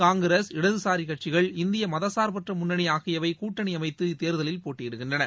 காங்கிரஸ் இடதுசாரிகட்சிகள் இந்தியமதச்சார்பற்றமுன்னணிஆகியவைகூட்டணிஅமைத்து இத்தேர்தலில் போட்டியிடுகின்றன